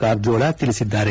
ಕಾರಜೋಳ ತಿಳಿಸಿದ್ದಾರೆ